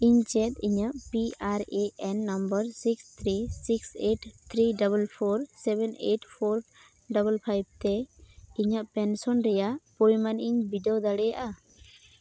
ᱤᱧ ᱪᱮᱫ ᱤᱧᱟᱹᱜ P R A N number six three six eight three double four seven eight four double five ᱛᱮ ᱤᱧᱟᱹᱜ pension ᱨᱮᱭᱟᱜ ᱯᱚᱨᱤᱢᱟᱱᱤᱧ ᱵᱤᱰᱟᱹᱣ ᱫᱟᱲᱮᱭᱟᱜᱼᱟ